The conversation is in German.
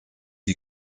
die